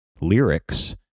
Lyrics